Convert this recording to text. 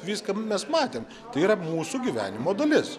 viską mes matėm tai yra mūsų gyvenimo dalis